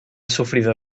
sufrido